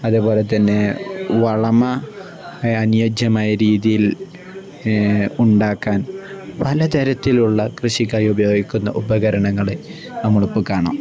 അതേപോലെ തന്നെ വളം അനിയോജ്യമായ രീതിയിൽ ഉണ്ടാക്കാൻ പലതരത്തിലുള്ള കൃഷിക്കായി ഉപയോഗിക്കുന്ന ഉപകരണങ്ങൾ നമ്മൾ ഇപ്പം കാണാം